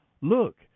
Look